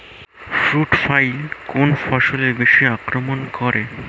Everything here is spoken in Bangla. ফ্রুট ফ্লাই কোন ফসলে বেশি আক্রমন করে?